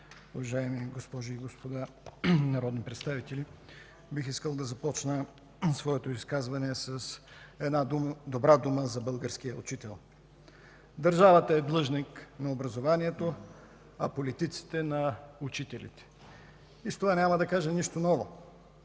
уважаеми госпожи и господа народни представители, бих искал да започна своето изказване с една добра дума за българския учител. Държавата е длъжник на образованието, а политиците – на учителите. С това няма да кажа нищо ново.